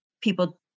people